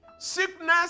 Sickness